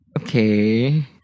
Okay